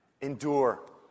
Endure